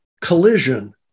collision